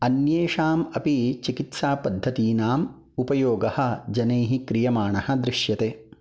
अन्येषाम् अपि चिकित्सा पद्धतीनाम् उपयोगः जनैः क्रीयमाणः दृष्यते